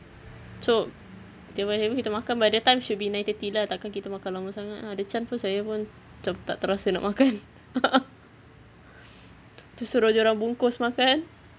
so table by table kita makan by the time should be nine thirty lah tak kan kita makan lama sangat ada chance pun saya pun macam tak terasa nak makan a'ah lepas tu suruh dorang bungkus makan